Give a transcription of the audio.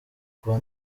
kuba